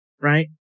right